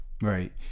Right